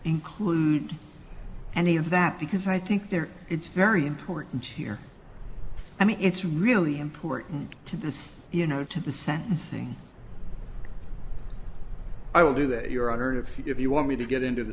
include any of that because i think there it's very important here i mean it's really important to this you know to the sentencing i will do that your honor of if you want me to get into the